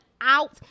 out